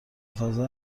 فضای